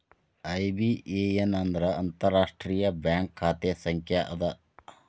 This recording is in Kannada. ಐ.ಬಿ.ಎ.ಎನ್ ಅಂದ್ರ ಅಂತಾರಾಷ್ಟ್ರೇಯ ಬ್ಯಾಂಕ್ ಖಾತೆ ಸಂಖ್ಯಾ ಅದ